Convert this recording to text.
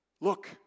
Look